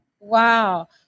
Wow